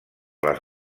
les